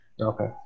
okay